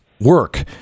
work